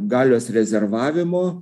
galios rezervavimo